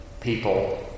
people